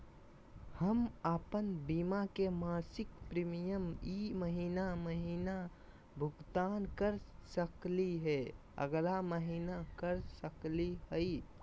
हम अप्पन बीमा के मासिक प्रीमियम ई महीना महिना भुगतान कर सकली हे, अगला महीना कर सकली हई?